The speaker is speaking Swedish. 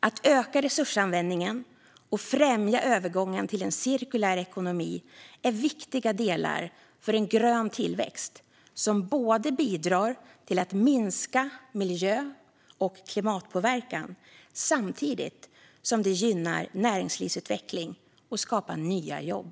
Att öka resursanvändningen och främja övergången till en cirkulär ekonomi är viktiga delar för en grön tillväxt som bidrar till att minska miljö och klimatpåverkan samtidigt som den gynnar näringslivsutveckling och skapar nya jobb.